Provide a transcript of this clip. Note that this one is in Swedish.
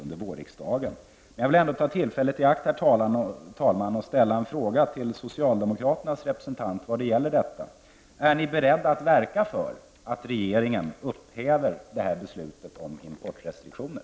Jag vill ändå ta tillfället i akt, herr talman, att ställa en fråga till socialdemokraternas representant. Är ni beredda att verka för att regeringen upphäver detta beslut om importrestriktioner?